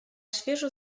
świeżo